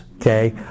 Okay